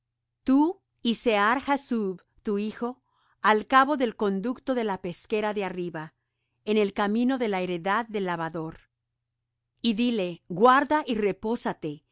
tú y sear jasub tu hijo al cabo del conducto de la pesquera de arriba en el camino de la heredad del lavador y dile guarda y repósate no